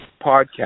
podcast